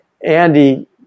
Andy